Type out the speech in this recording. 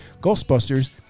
Ghostbusters